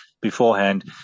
beforehand